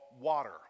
water